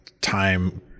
time